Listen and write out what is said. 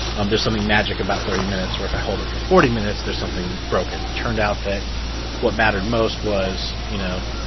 um there's something magic about thirty minutes or if i hold it for forty minutes, there's something broken. it turned out that what mattered most was, you know,